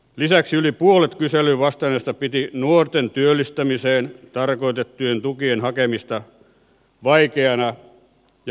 lisäksi yli puolet kyselyyn vastanneista piti nuorten työllistämiseen tarkoitettujen tukien hakemista vaikeana ja byrokraattisena